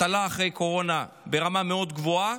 אבטלה אחרי הקורונה ברמה מאוד גבוהה,